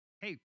Hey